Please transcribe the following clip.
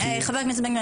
חבר הכנסת בן גביר,